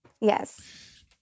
Yes